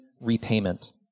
repayment